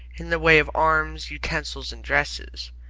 in the way of arms, utensils, and dresses.